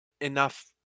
enough